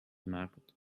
market